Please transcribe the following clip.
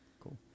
cool